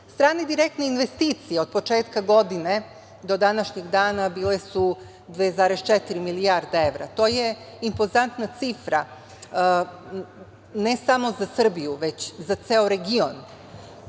Srbije. Strane direktne investicije od početka godine do današnjeg dana bile su 2,4 milijarde evra. To je impozantna cifra ne samo za Srbiju, već za ceo region.